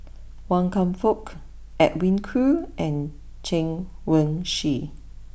Wan Kam Fook Edwin Koo and Chen Wen Hsi